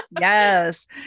yes